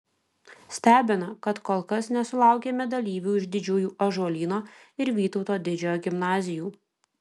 stebina kad kol kas nesulaukėme dalyvių iš didžiųjų ąžuolyno ir vytauto didžiojo gimnazijų